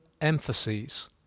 emphases